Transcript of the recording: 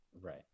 Right